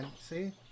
See